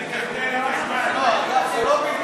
זה לא בלתי